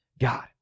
God